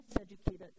educated